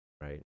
Right